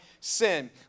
sin